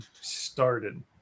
started